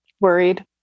Worried